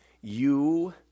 You